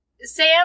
Sam